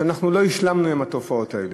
שלא השלמנו עם התופעות האלה,